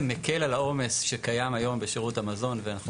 מקל על העומס שקיים היום בשירות המזון ואנחנו